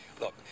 Look